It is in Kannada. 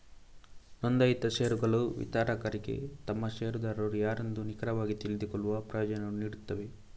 ನೋಂದಾಯಿತ ಷೇರುಗಳು ವಿತರಕರಿಗೆ ತಮ್ಮ ಷೇರುದಾರರು ಯಾರೆಂದು ನಿಖರವಾಗಿ ತಿಳಿದುಕೊಳ್ಳುವ ಪ್ರಯೋಜನವನ್ನು ನೀಡುತ್ತವೆ